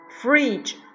Fridge